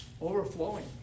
overflowing